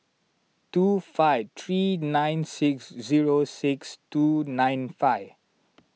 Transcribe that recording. two five three nine six zero six two nine five